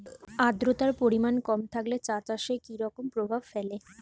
আদ্রতার পরিমাণ কম থাকলে চা চাষে কি রকম প্রভাব ফেলে?